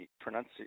Pronounce